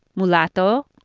mulatto,